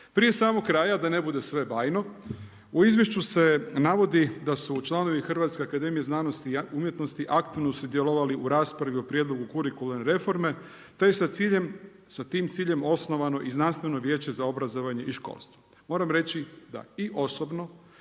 Prije samog kraja, da ne bude sve bajno, u izvješću se navodi da su članovi Hrvatske akademije znanosti umjetnosti aktivno sudjelovali u raspravi o prijedlogu kurikularne reforme te je sa ciljem, sa tim ciljem osnovano i Znanstveno vijeće za obrazovanje i školstvo. Moram reći da i osobno